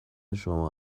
شما